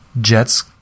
Jets